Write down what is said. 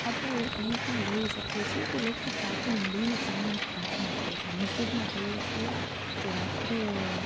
આપણે એમ પણ જોઈ શકીએ છીએ કે લોકો સાથે મળીને સામૂહિક પ્રાર્થના કરે છે મસ્જિદમાં જોઈએ છીએ કે રાત્રે